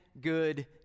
good